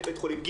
בית-חולים בי"ת,